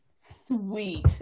Sweet